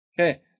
Okay